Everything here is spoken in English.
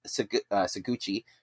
Saguchi